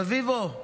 רביבו,